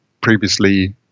previously